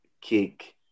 kick